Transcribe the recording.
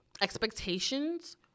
expectations